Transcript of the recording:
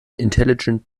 intelligent